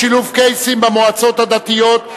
שילוב קייסים במועצה דתית),